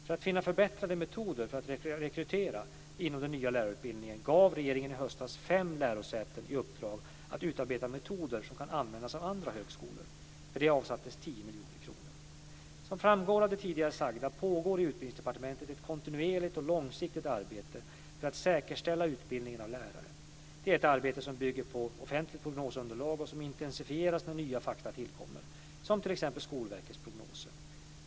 För att finna förbättrade metoder för att rekrytera inom den nya lärarutbildningen gav regeringen i höstas fem lärosäten i uppdrag att utarbeta metoder som kan användas av andra högskolor. För detta avsattes 10 miljoner kronor. Som framgår av det tidigare sagda pågår i Utbildningsdepartementet ett kontinuerligt och långsiktigt arbete för att säkerställa utbildningen av lärare. Det är ett arbete som bygger på offentligt prognosunderlag och som intensifieras när nya fakta tillkommer, som t.ex. Skolverkets prognoser.